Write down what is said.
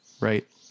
right